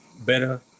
better